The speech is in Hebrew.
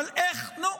אבל נו,